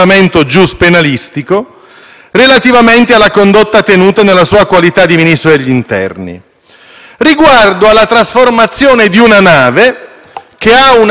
riguardo alla trasformazione di una nave che ha una denominazione non casuale. Riflettiamo